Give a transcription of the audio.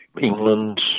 England